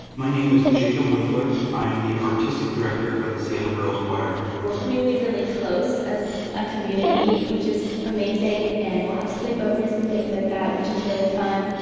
my name is jacob winkler. i am the artistic director of the seattle girls choir. we're really, really close as a community which is amazing. and we'll have sleepovers and things like that which is really fun.